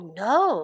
no